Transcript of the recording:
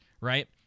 right